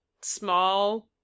small